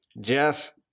Jeff